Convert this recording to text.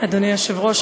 אדוני היושב-ראש,